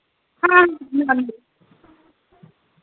हां